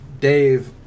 dave